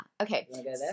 Okay